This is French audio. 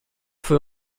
feu